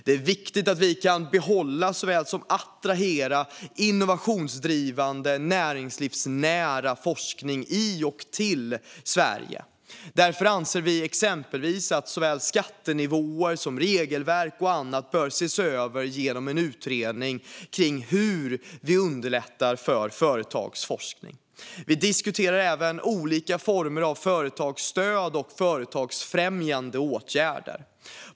Det är viktigt att vi kan behålla och attrahera innovationsdrivande, näringslivsnära forskning i och till Sverige. Därför anser vi att exempelvis skattenivåer och regelverk bör ses över i en utredning om hur vi underlättar företagsforskning. Vi debatterar även olika former av företagsstöd och företagsfrämjande åtgärder.